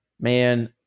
man